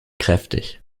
kräftig